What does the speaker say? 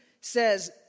says